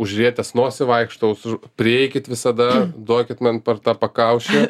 užrietęs nosį vaikštau su prieikit visada duokit man per tą pakaušį